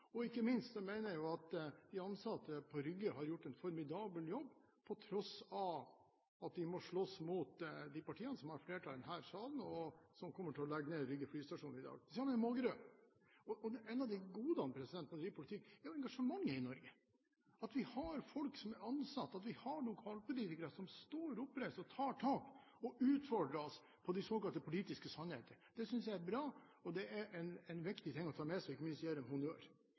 Og ikke minst har de ansatte på Rygge gjort en formidabel jobb, på tross av at de må slåss mot de partiene som har flertall i denne salen, og som kommer til å legge ned Rygge flystasjon i dag. Det samme gjelder Mågerø. Et av godene når man driver med politikk, er engasjementet i Norge, at vi har ansatte og lokalpolitikere som står oppreist og tar tak og utfordrer oss på de såkalte politiske sannheter. Det er bra, og det er en viktig ting å ta med seg – og ikke minst å gi dem